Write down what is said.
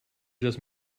just